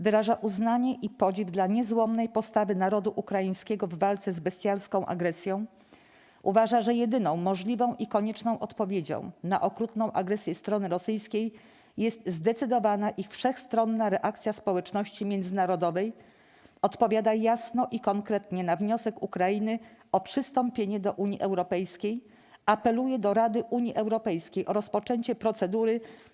wyraża uznanie i podziw dla niezłomnej postawy narodu ukraińskiego w walce z bestialską agresją; - uważa, że jedyną możliwą i konieczną odpowiedzią na okrutną agresję strony rosyjskiej jest zdecydowana i wszechstronna reakcja społeczności międzynarodowej; - odpowiada jasno i konkretnie na wniosek Ukrainy o przystąpienie do Unii Europejskiej; - apeluje do Rady Unii Europejskiej o rozpoczęcie procedury